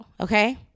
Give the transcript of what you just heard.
okay